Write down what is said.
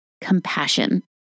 compassion